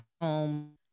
home